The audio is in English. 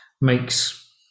makes